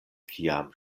kiam